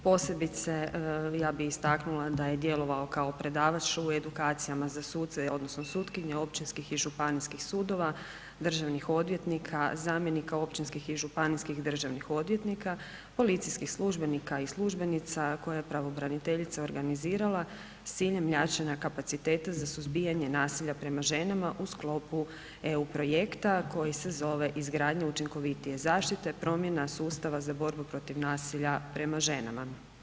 Posebice, ja bih istaknula da je djelovao kao predavač u edukacijama za suce, odnosno sutkinje općinskih i županijskih sudova, državnih odvjetnika, zamjenika općinskih i županijskih državnih odvjetnika, policijskih službenika i službenica koje je pravobraniteljica organizirala s ciljem jačanja kapaciteta za suzbijanje nasilja prema ženama u sklopu EU projekta koji se zove „Izgradnja učinkovitije zaštite, promjena sustava za borbu protiv nasilja prema ženama“